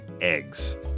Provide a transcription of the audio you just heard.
Eggs